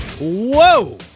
Whoa